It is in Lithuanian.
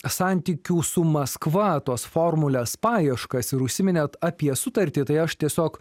santykių su maskva tos formulės paieškas ir užsiminėt apie sutartį tai aš tiesiog